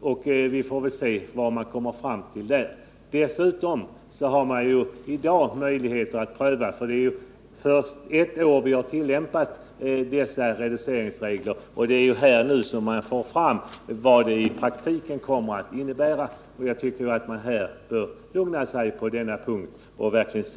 och vi får väl senare ta del av vad man där kommer att föreslå. Nu finns det ju möjlighet att pröva reduceringsreglerna. De har tillämpats under ett år, och det är nu vi kan få fram vad dessa i praktiken kommer att betyda. Jag anser därför att man bör lugna sig på den här punkten.